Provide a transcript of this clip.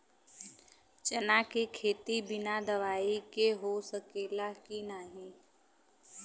चना के खेती बिना दवाई के हो सकेला की नाही?